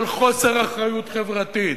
של חוסר אחריות חברתית,